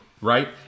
right